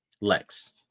Lex